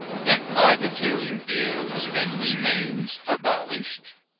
that privateering is and remains abolished.